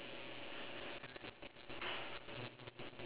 K what interesting story